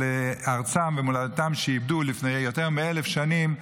ארצם ומולדתם שאיבדו לפני יותר מ-1,000 שנים,